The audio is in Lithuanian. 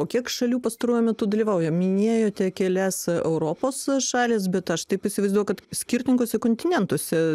o kiek šalių pastaruoju metu dalyvauja minėjote kelias europos e šalys bet aš taip įsivaizduoju kad skirtinguose kontinentuose